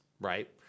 right